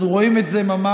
אנחנו רואים את זה ממש,